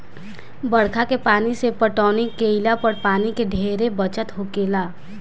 बरखा के पानी से पटौनी केइला पर पानी के ढेरे बचत होखेला